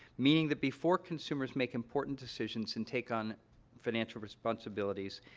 meaning that before consumers make important decisions and take on financial responsibilities,